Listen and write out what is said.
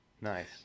Nice